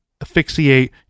asphyxiate